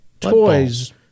toys